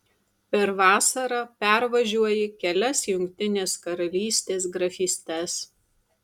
per vasarą pervažiuoji kelias jungtinės karalystės grafystes